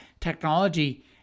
technology